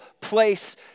place